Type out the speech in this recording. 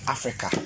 Africa